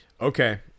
Okay